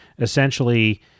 Essentially